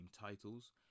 titles